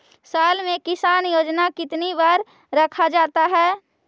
साल में किसान योजना कितनी बार रखा जाता है?